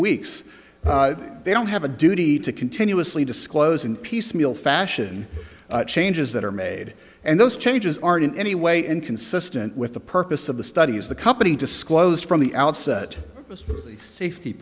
weeks they don't have a duty to continuously disclose in piecemeal fashion changes that are made and those changes aren't in any way inconsistent with the purpose of the study is the company disclosed from the outset